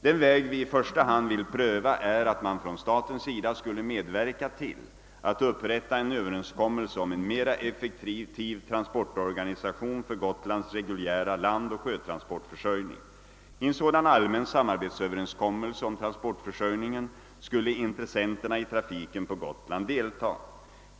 Den väg vi i första hand vill pröva är att man från statens sida skulle medverka till att upprätta en överenskommelse om en mera effektiv transportorganisation för Gotlands reguljära landoch sjötransportförsörjning. I en sådan allmän samarbetsöverenskommelse om transportförsörjningen skulle intressenterna i trafiken på Gotland delta.